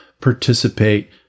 participate